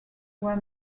were